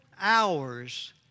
hours